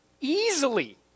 easily